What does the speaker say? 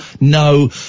No